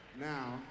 Now